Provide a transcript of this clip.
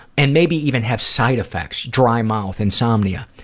and maybe even have side effects dry mouth, insomnia.